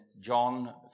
John